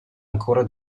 ancora